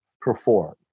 perform